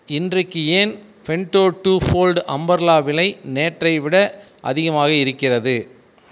இன்றைக்கு ஏன் ஃபென்டோ டூ ஃபோல்டு அம்பர்லா விலை நேற்றை விட அதிகமாக இருக்கிறது